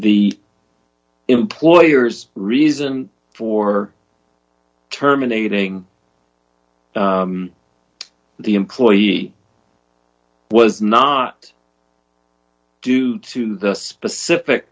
the employer's reason for terminating the employee was not due to the specific